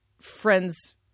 friends